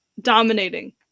dominating